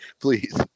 Please